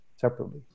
separately